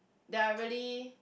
that I really